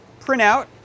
printout